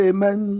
Amen